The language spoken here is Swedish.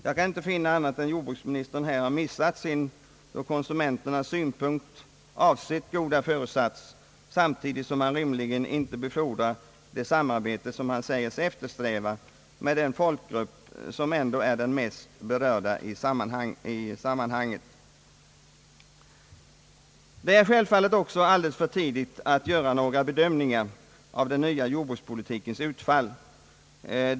Jag kan inte finna annat än att jordbruksministern här missat sin ur konsumenternas synpunkt goda föresats samtidigt som han rimligen inte befordrar det samarbete han säger sig eftersträva med den folkgrupp som ändå är den mest berörda i sammanhanget. Det är självfallet också alldeles för tidigt att göra några bedömningar av den nya jordbrukspolitikens utfall.